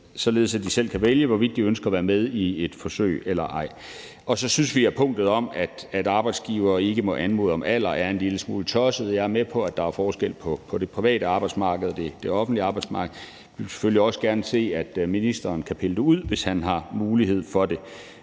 at de selv kan vælge, hvorvidt de ønsker at være med i et forsøg eller ej. Og så synes vi, at punktet om, at arbejdsgivere ikke må anmode ansøgere om at oplyse deres alder, er en lille smule tosset. Jeg er med på, at der er forskel på det private arbejdsmarked og det offentlige arbejdsmarked, men vi vil selvfølgelig også gerne se, at ministeren piller det ud, hvis han har mulighed for det.